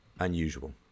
Unusual